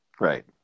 Right